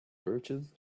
birches